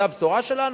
זה הבשורה שלנו?